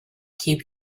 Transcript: keep